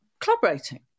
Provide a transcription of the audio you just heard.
collaborating